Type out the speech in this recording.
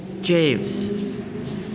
James